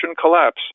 collapse